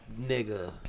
nigga